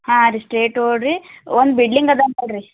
ಹಾಂ ರೀ ಸ್ಟ್ರೇಟ್ ತಗೋಳಿ ರೀ ಒಂದು ಬಿಲ್ಡಿಂಗ್ ಅದಾ ನೋಡ್ರಿ